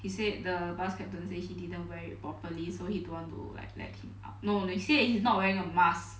he said the bus captains they she didn't wear properly so he don't want to like let him know they say it's not wearing a mask